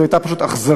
זו הייתה פשוט אכזריות.